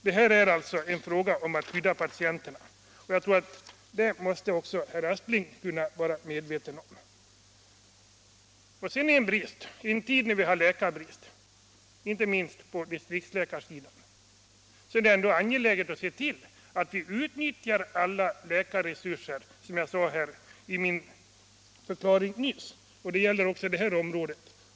Detta är alltså en fråga om att skydda patienterna, och det tror jag att också herr Aspling måste vara medveten om. Jag vill också peka på ett annat förnållande. I en tid när vi har läkarbrist, inte minst på distriktsläkarsidan, är det angeläget att se till att vi utnyttjar alla läkarresurser även på detta område.